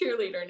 cheerleader